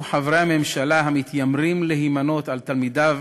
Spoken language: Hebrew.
חברי הממשלה המתיימרים להימנות עם תלמידיו